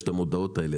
יש את המודעות האלה,